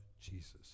Jesus